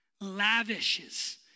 lavishes